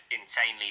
insanely